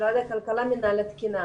משרד הכלכלה, מנהל התקינה.